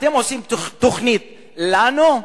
אתם עושים תוכנית לנו,